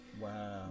Wow